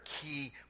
key